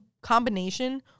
combination